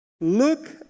Look